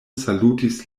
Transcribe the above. salutis